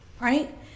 right